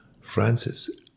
Francis